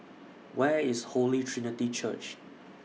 Where IS Holy Trinity Church